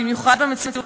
במיוחד במציאות הישראלית,